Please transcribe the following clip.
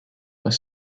are